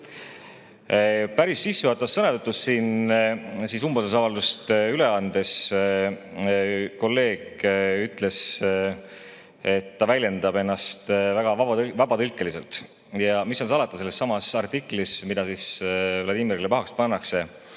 Päris sissejuhatavas sõnavõtus siin umbusaldusavaldust üle andes kolleeg ütles, et ta väljendab ennast väga vabatõlkeliselt. Ja mis seal salata, sellessamas artiklis, mida Vladimirile pahaks pannakse,